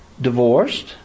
divorced